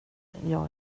jag